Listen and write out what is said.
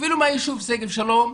אפילו מהיישוב שגב שלום,